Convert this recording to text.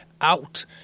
out